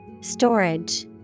Storage